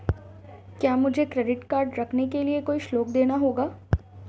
क्या मुझे credit card रखने के लिए कोई शुल्क देना होगा?